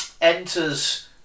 enters